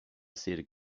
sir